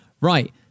right